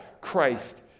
Christ